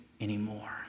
anymore